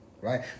right